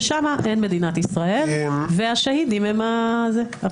ששמה אין מדינת ישראל והשהידים הם --- אפרופו.